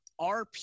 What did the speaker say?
RP